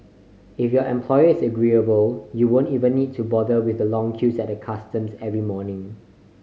if your employer is agreeable you won't even need to bother with the long queues at the customs every morning